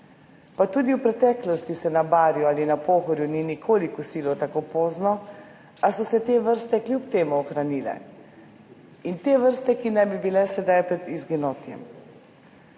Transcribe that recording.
pa tudi v preteklosti se na Barju ali na Pohorju ni nikoli kosilo tako pozno, a so se te vrste kljub temu ohranile in te vrste, ki ne bi bile sedaj pred izginotjem.